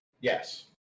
Yes